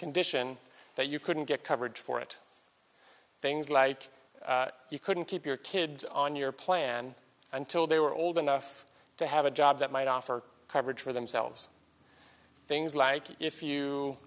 condition that you couldn't get coverage for it things like you couldn't keep your kids on your plan until they were old enough to have a job that might offer coverage for themselves things like if you